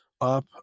up